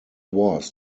was